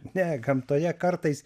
ne gamtoje kartais